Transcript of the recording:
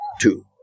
two